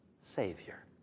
Savior